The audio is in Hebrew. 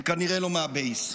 הם כנראה לא מהבייס.